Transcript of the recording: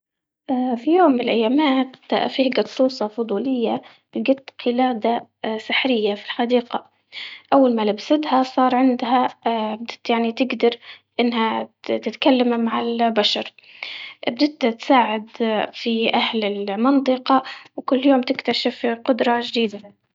اه في يوم من الايامات فيه قطوشة فضولية القت قلادة اه سحرية في الحديقة، اول ما لبستها صار عندها اه يعني تقدر انها تتكلم مع البشر، بجد تساعد اه في اهل المنطقة وكل يوم قدرة جديدة.